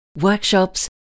workshops